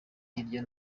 hirya